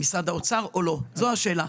זו השאלה.